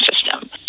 system